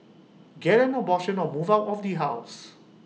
get an abortion or move out of the house